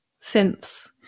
synths